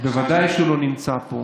בוודאי כשהוא לא נמצא פה.